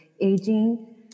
aging